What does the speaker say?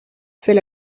fait